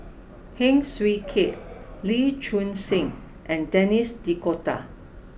Heng Swee Keat Lee Choon Seng and Denis D'Cotta